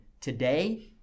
today